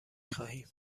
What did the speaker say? خواهیم